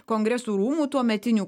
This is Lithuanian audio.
kongresų rūmų tuometinių